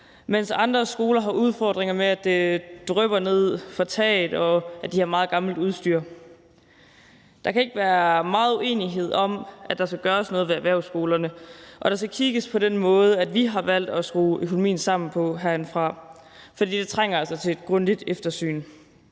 mens andre skoler har udfordringer med, at det drypper ned gennem taget, og at de har meget gammelt udstyr. Der kan ikke være meget uenighed om, at der skal gøres noget ved erhvervsskolerne, og at der skal kigges på den måde, vi har valgt at skrue økonomien sammen på herindefra, for det trænger altså til et grundigt eftersyn,